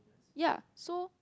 ya so